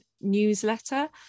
newsletter